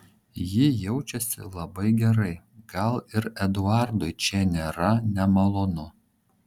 ji jaučiasi labai gerai gal ir eduardui čia nėra nemalonu